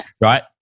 right